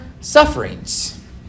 sufferings